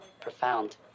profound